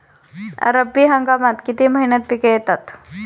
रब्बी हंगामात किती महिन्यांत पिके येतात?